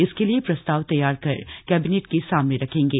इसके लिए प्रस्ताव तष्ठार कर कबिनेट के सामने रखेंगे